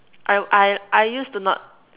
I I I used to not